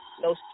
no